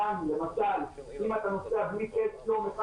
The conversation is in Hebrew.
למשל אם אתה נוסע בלי טסט יום אחד,